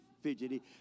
fidgety